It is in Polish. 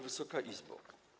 Wysoka Izbo!